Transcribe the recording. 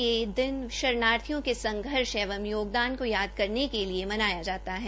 यह दिन शरणार्थियों के संघर्ष एंव योगदान को याद करने के लिये मनाया जाता है